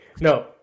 No